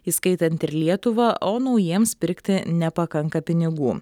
įskaitant ir lietuvą o naujiems pirkti nepakanka pinigų